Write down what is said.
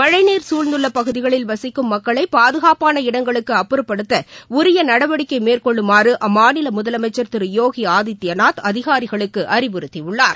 மழைநீர் குழ்ந்துள்ளபகுதிகளில் வசிக்கும் மக்களைபாதுகாப்பான இடங்களுக்கு அப்பறப்படுத்தஉரியநடவடிக்கைமேற்கொள்ளுமாறு அம்மாநிலமுதலமைச்சர் திருயோகிஆதித்யநாத் அதிகாரிகளுக்குஅறிவுறுத்தியுள்ளார்